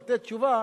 לתת תשובה,